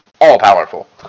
all-powerful